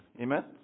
Amen